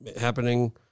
happening